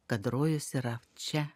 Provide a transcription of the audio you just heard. kad rojus yra čia